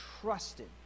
trusted